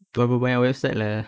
kak ada berapa website lah